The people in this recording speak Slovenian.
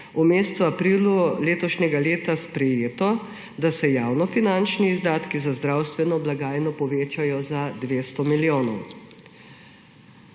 v mesecu aprilu letošnjega leta sprejeto, da se javnofinančni izdatki za zdravstveno blagajno povečajo za 200 milijonov.